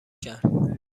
کرد